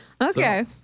Okay